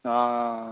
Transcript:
ஆஆ